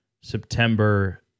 September